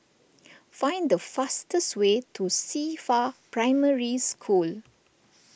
find the fastest way to Cifa Primary School